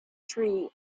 tree